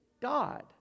God